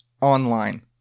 online